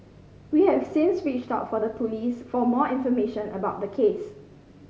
we've since reached out to the Police for more information about the case